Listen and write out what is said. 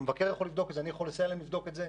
המבקר יכול לבדוק את זה,